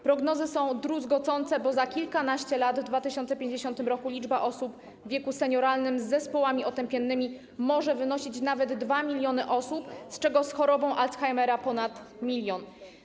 Prognozy są druzgocące, bo za kilkanaście lat, w 2050 r., liczba osób w wieku senioralnym z zespołami otępiennymi może wynosić nawet 2 mln osób, z czego z chorobą Alzhaimera ponad 1 mln.